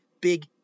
big